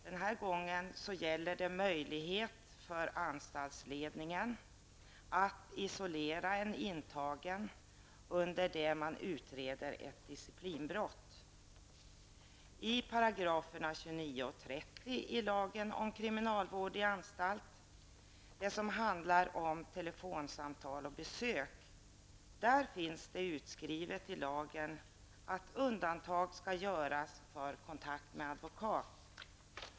Denna gång gäller det möjlighet för anstaltsledningen att isolera en intagen under det att man utreder ett disciplinbrott. I §§ 29 och 30 i lagen om kriminalvård i anstalt, som handlar om telefonsamtal och besök, sägs att undantag skall göras för kontakt med advokat.